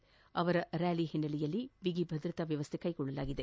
ಮೋದಿ ಅವರ ರ್ಕಾಲಿ ಹಿನ್ನೆಲೆಯಲ್ಲಿ ಬಿಗಿ ಭದ್ರತಾ ವ್ಯವಸ್ಥೆ ಕೈಗೊಳ್ಳಲಾಗಿದೆ